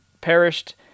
perished